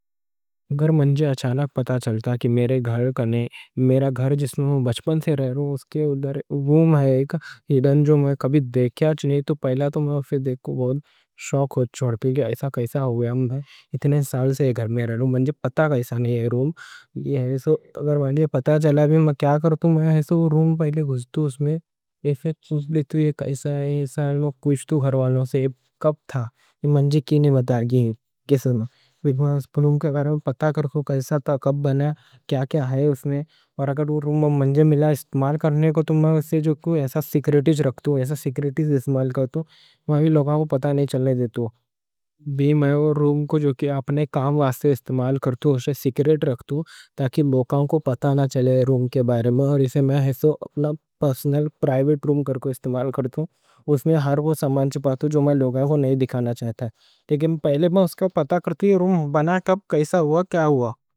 اگر منجھے اچانک پتا چلتا کہ میرے گھر کنے، میرا گھر جس میں میں بچپن سے رہتا، اس کے ادھر روم ہے جو میں کبھی دیکھیا نہیں۔ پہلا تو میں وہی پھر دیکھوں، شوق میں کہ ایسا کیسا ہویا۔ میں اتنے سال سے یہ گھر میں رہتا، منجھے پتا کیسا نہیں تھا روم؟ اگر منجھے پتا چلا تو میں پہلے وہ روم گزتوں، اس میں پھر سوچ لیتوں کہ یہ کیسا ہے۔ پھر گھر والوں سے پوچھتو کہ یہ کب تھا، منجھے کی نہیں بتایا؟ اس روم کے بارے میں پتا کرتوں کہ کیسا تھا، کب بنایا، کیا کیا ہے اس میں۔ اور اگر وہ روم منجھے ملا استعمال کرنے کو تو میں اس میں جو کوئی ایسا سیکریٹس رکھتوں، ایسا سیکریٹس استعمال کرتوں، وہاں بھی لوگوں کو پتا نہیں چلنے دیتے۔ میں وہ روم کو جو کہ اپنے کام واسطے استعمال کرتوں، اسے سیکریٹ رکھتوں تاکہ لوگوں کو پتا نہ چلے روم کے بارے میں۔ اور اسے میں اپنا پرسنل پرائیوٹ روم کر کے استعمال کرتوں۔ اس میں ہر وہ سامان چھپاتوں جو میں لوگوں کو نہیں دکھانا چاہتا۔ لیکن پہلے میں اس کا پتا کرتوں کہ روم بنا کب، کیسا ہوا، کیا ہوا۔